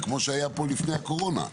וכמו שהיה לפני הקורונה,